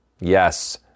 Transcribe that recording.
Yes